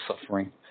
suffering